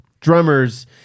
drummers